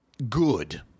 Good